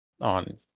on